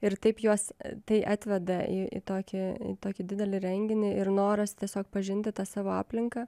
ir taip juos tai atveda į į tokį tokį didelį renginį ir noras tiesiog pažinti tą savo aplinką